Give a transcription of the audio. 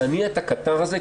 להניע את הקטר הזה,